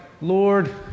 lord